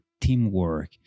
teamwork